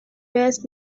based